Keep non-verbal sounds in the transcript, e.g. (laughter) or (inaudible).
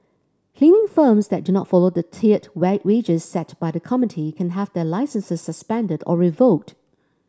cleaning firms that do not follow the tiered (unintelligible) wages set by the committee can have their licences suspended or revoked